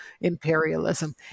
imperialism